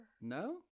no